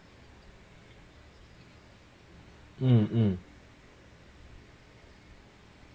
um um